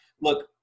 look